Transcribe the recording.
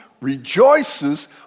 rejoices